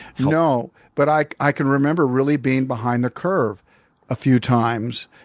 no, but i i can remember really being behind the curve a few times.